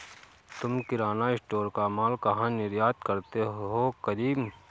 तुम किराना स्टोर का मॉल कहा निर्यात करते हो करीम?